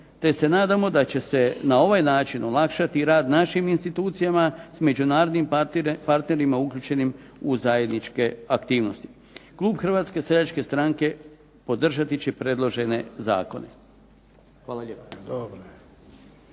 te se nadamo da će se na ovaj način olakšati rad našim institucijama s međunarodnim partnerima uključenim u zajedničke aktivnosti. Klub Hrvatske seljačke stranke podržati će predložene zakone.